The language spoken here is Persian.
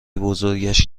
بزرگش